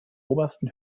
obersten